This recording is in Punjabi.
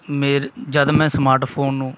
ਮੇਰ ਜਦ ਮੈਂ ਸਮਾਰਟਫੋਨ ਨੂੰ